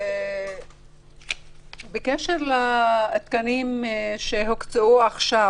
בקשר לתקנים שהוקצו עכשיו,